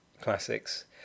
classics